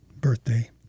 birthday